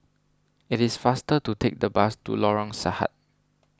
it is faster to take the bus to Lorong Sahad